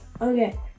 Okay